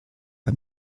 bei